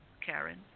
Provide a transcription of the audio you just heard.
Karen